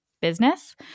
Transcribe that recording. business